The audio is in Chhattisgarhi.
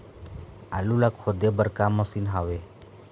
आलू ला खोदे बर का मशीन हावे?